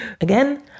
Again